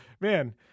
man